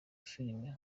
filime